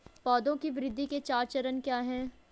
पौधे की वृद्धि के चार चरण क्या हैं?